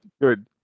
Good